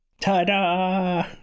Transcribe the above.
Ta-da